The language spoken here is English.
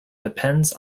depends